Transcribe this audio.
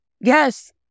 Yes